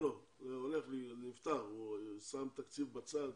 זה נפתר, הוא שם תקציב בצד